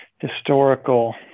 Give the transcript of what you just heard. historical